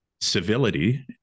civility